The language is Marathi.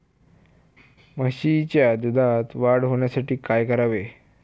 म्हशीच्या दुधात वाढ होण्यासाठी काय करावे?